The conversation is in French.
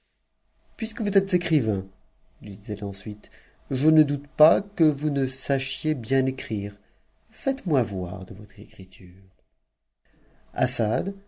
puisque vous êtes écrivain lui dit-elle ensuite je ne doute pas que vous ne sachiez bien écrire faites-moi voir de votre écriture